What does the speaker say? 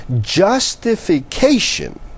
justification